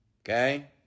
Okay